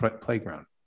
playground